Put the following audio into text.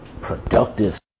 productive